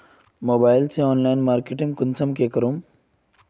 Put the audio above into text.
Mobile से online marketing कुंसम के करूम?